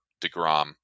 DeGrom